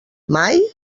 mai